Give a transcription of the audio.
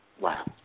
Wow